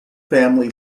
family